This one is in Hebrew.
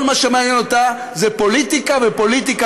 כל מה שמעניין אותה זה פוליטיקה ופוליטיקה